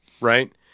right